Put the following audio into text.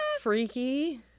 freaky